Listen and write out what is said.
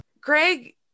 Greg